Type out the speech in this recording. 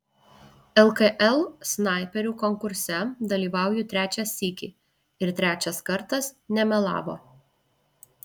lkl snaiperių konkurse dalyvauju trečią sykį ir trečias kartas nemelavo